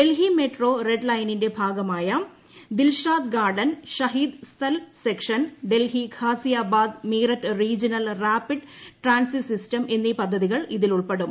Delhi metro red ലൈനിന്റെ ഭാഗമായ Dilshad garden Shaheed Sthal section Delhi Ghaziabad Meerut regional rapid transit system എന്നീ പദ്ധതികൾ ഇതിലുൾപ്പെടും